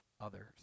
others